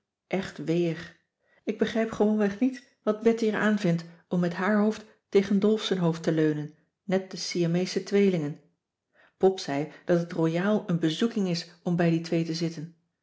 ik begrijp gewoonweg niet wat betty er aan vindt om met haar hoofd tegen dolf z'n hoofd te leunen net de siameesche tweelingen pop zei dat het royaal een bezoeking is om cissy van marxveldt de h b s tijd van joop ter heul bij die twee te zitten